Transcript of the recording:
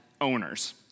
owners